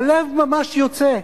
הלב ממש יוצא.